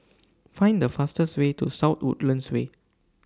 Find The fastest Way to South Woodlands Way